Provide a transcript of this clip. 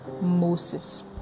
moses